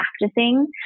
practicing